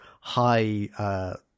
high